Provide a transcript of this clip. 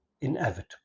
inevitable